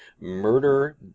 murder